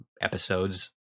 episodes